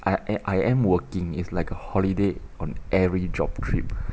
I I am working it's like a holiday on every job trip